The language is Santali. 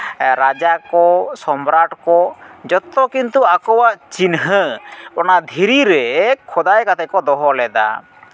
ᱨᱟᱡᱟ ᱠᱚ ᱥᱚᱢᱨᱟᱴ ᱠᱚ ᱡᱚᱛᱚ ᱠᱤᱱᱛᱩ ᱟᱠᱚᱣᱟᱜ ᱪᱤᱱᱦᱟᱹ ᱚᱱᱟ ᱫᱷᱤᱨᱤ ᱨᱮ ᱠᱷᱚᱫᱟᱭ ᱠᱟᱛᱮᱫ ᱠᱚ ᱫᱚᱦᱚ ᱞᱮᱫᱟ